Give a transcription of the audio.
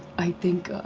i think